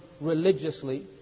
religiously